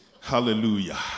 Hallelujah